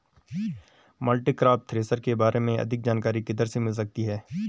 Multicrop thresher के बारे में अधिक जानकारी किधर से मिल सकती है?